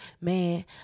Man